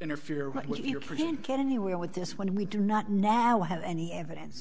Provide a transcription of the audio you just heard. interfere with your present can anywhere with this when we do not now have any evidence